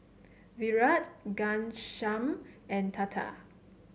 Virat Ghanshyam and Tata